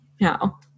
No